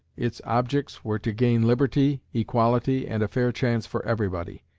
its objects were to gain liberty, equality and a fair chance for everybody.